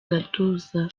gatuza